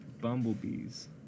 bumblebees